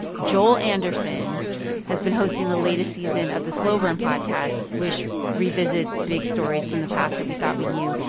joel anderson has been hosting the latest season of the slow burn podcast, which revisits big stories from the past that we thought we knew.